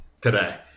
today